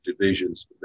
divisions